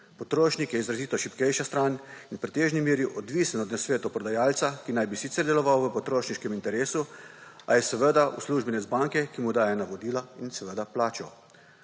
Potrošnik je izrazito šibkejša stran in v pretežni meri odvisen od nasvetov prodajalca, ki naj bi sicer deloval v potrošniškem interesu, a je seveda uslužbenec banke, ki mu daje navodila in seveda plačo.